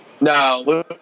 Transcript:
No